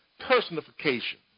personification